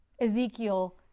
Ezekiel